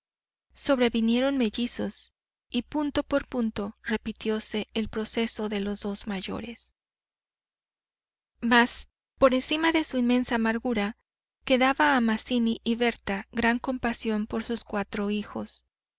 sobrevinieron mellizos y punto por punto repitióse el proceso de los dos mayores mas por encima de su inmensa amargura quedaba a mazzini y berta gran compasión por sus cuatro hijos